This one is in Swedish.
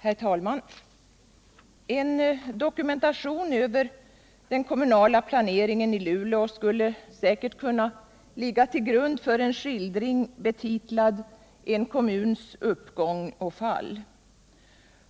Herr talman! En dokumentation över den kommunala planeringen i Luleå skulle säkert kunna ligga till grund för en skildring betitlad ”En kommuns uppgång och fall”.